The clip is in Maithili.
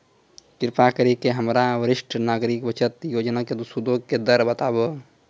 कृपा करि के हमरा वरिष्ठ नागरिक बचत योजना के सूदो के दर बताबो